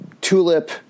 Tulip